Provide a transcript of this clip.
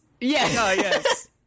Yes